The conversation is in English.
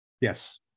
Yes